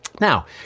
Now